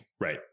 Right